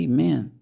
Amen